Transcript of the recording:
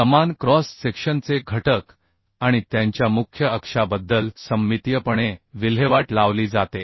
समान क्रॉस सेक्शनचे घटक आणि त्यांच्या मुख्य अक्षाबद्दल सममितीयपणे डिस्पोज्ड केले जाते